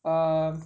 um